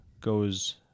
goes